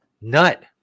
nut